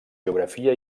geografia